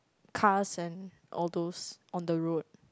cars and all those on the road